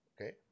Okay